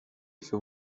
für